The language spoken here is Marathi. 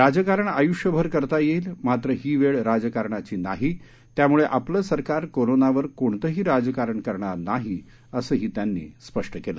राजकारण आयुष्यभर करता येईल मात्र ही वेळ राजकारणाची नाही त्यामुळे आपलं सरकार कोरोनावर कोणतंही राजकारण करणार नाही असंही त्यांनी स्पष्ट केलं